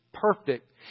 Perfect